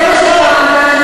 סליחה,